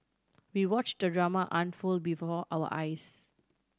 we watched the drama unfold before our eyes